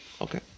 Okay